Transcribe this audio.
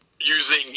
using